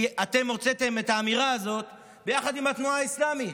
כי אתם הוצאתם את האמירה הזאת ביחד עם התנועה האסלאמית.